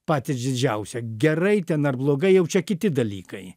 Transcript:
patį džidžiausią gerai ten ar blogai jau čia kiti dalykai